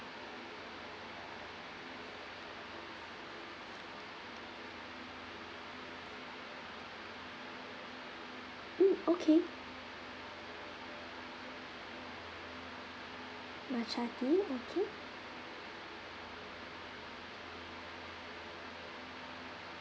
mm okay matcha tea okay